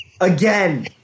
Again